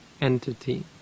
entity